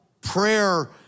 prayer